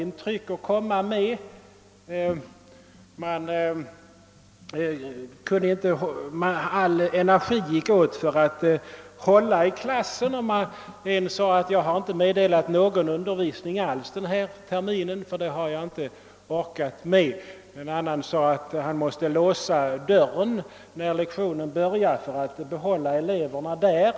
Lärarnas hela energi gick ibland åt till att hålla ett grepp om klassen, och en lärare sade att han inte hade meddelat någon undervisning alls denna termin; det hade han inte orkat med. En annan lärare sade att han måste låsa dörren vid lektionens början för att kunna hålla eleverna kvar i klassrummet.